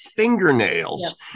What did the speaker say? fingernails